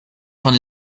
von